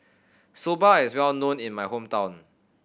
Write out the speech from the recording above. soba is well known in my hometown